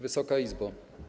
Wysoka Izbo!